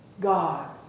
God